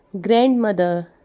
Grandmother